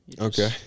Okay